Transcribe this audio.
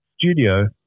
studio